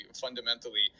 fundamentally